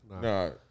No